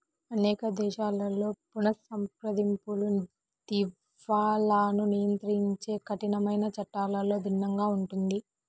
అనేక దేశాలలో పునఃసంప్రదింపులు, దివాలాను నియంత్రించే కఠినమైన చట్టాలలో భిన్నంగా ఉంటుంది